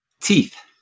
Teeth